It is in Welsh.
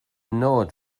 nod